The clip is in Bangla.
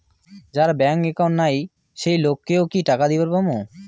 যার ব্যাংক একাউন্ট নাই সেই লোক কে ও কি টাকা দিবার পামু?